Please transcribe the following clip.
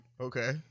Okay